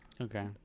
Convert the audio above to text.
okay